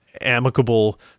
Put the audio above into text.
amicable